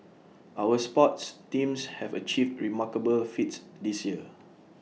our sports teams have achieved remarkable feats this year